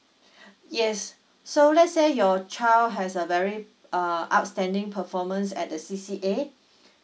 yes so let's say your child has a very uh outstanding performance at the C_C_A